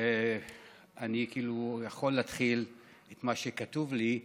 אני כאילו יכול להתחיל את מה שכתוב לי,